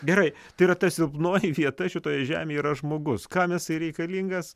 gerai tai yra ta silpnoji vieta šitoje žemėje yra žmogus kam jisai reikalingas